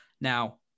Now